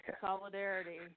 Solidarity